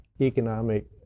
economic